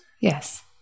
Yes